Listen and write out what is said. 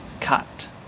Cut